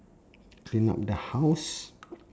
clean up the house